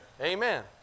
Amen